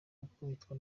bakubitwa